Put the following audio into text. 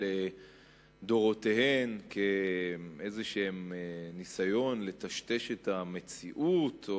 לדורותיהן כאיזשהו ניסיון לטשטש את המציאות,